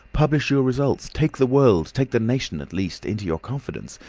publish your results take the world take the nation at least into your confidence.